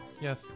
Yes